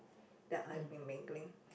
that I've been mingling